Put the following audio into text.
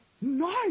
Nice